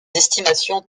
estimations